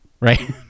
right